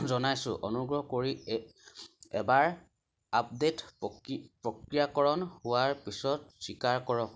জনাইছোঁ অনুগ্ৰহ কৰি এবাৰ আপডে'ট প্ৰক্ৰিয়াকৰণ হোৱাৰ পিছত স্বীকাৰ কৰক